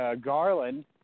Garland